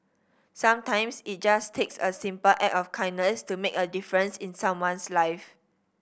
sometimes it just takes a simple act of kindness to make a difference in someone's life